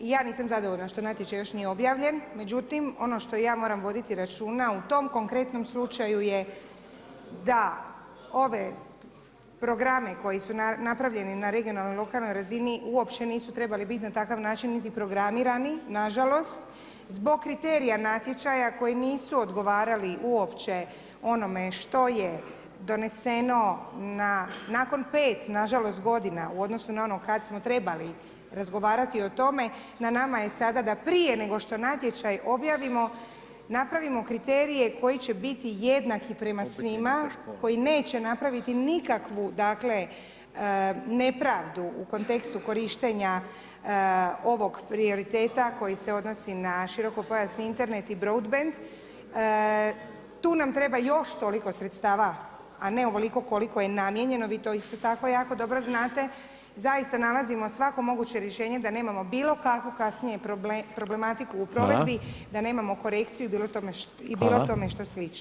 I ja nisam zadovoljna što natječaj još nije objavljen, međutim, ono što ja moram voditi računa u tom konkretnom slučaju je da ove programe koji su napravljeni na regionalnoj i lokalnoj razini uopće nisu trebali biti na takav način niti programirani, nažalost, zbog kriterija natječaja koji nisu odgovarali uopće onome što je doneseno nakon 5, nažalost, godina u odnosu na ono kad smo trebali razgovarati o tome, na nama je sada da prije nego što natječaj objavimo napravimo kriterije koji će biti jednaki prema svima, koji neće napraviti nikakvu dakle, nepravdu u kontekstu korištenja ovog prioriteta koji se odnosi na širokopojasni Internet i broadband, tu nam treba još toliko sredstava, a ne ovoliko koliko je namijenjene, vi to isto tako jako dobro znate, zaista, nalazimo svako moguće rješenje da nemamo bilo kakvu kasnije problematiku u provedbi, da nemamo korekciju i bilo tome što slično.